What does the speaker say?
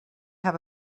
have